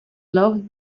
loved